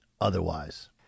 otherwise